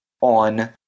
on